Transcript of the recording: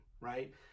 right